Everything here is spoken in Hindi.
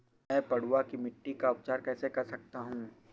मैं पडुआ की मिट्टी का उपचार कैसे कर सकता हूँ?